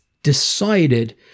decided